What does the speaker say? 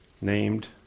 named